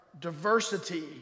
diversity